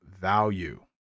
value